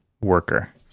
worker